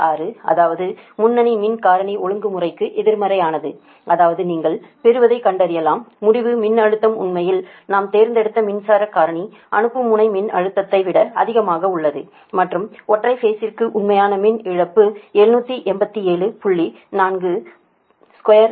36 அதாவது முன்னணி மின் காரணி ஒழுங்குமுறைக்கு எதிர்மறையானது அதாவது நீங்கள் பெறுவதைக் கண்டறியலாம் முடிவு மின்னழுத்தம் உண்மையில் நாம் தேர்ந்தெடுத்த மின்மின்சார காரணி அனுப்பும் முனை மின்னழுத்தத்தை விட அதிகமாக உள்ளது மற்றும் ஒற்றை பேஸிற்க்கு உண்மையான மின் இழப்பு 787